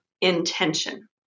Intention